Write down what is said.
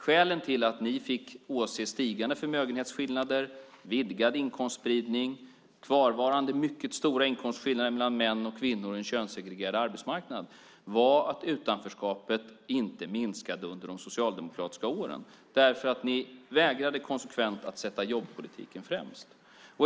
Skälen till att ni fick åse stigande förmögenhetsskillnader, vidgad inkomstspridning, kvarvarande mycket stora inkomstskillnader mellan män och kvinnor och en könssegregerad arbetsmarknad var att utanförskapet inte minskade under de socialdemokratiska åren därför att ni konsekvent vägrade att sätta jobbpolitiken främst.